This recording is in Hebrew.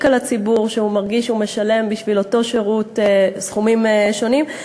על הציבור כשהוא מרגיש שהוא משלם בשביל אותו שירות סכומים שונים.